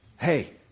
hey